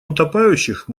утопающих